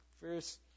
First